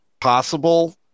possible